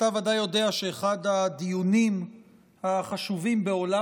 אתה ודאי יודע שאחד הדיונים החשובים בעולם